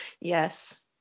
yes